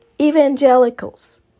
Evangelicals